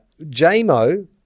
JMO